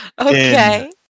Okay